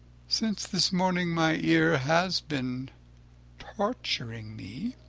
since this morning my ear has been torturing me.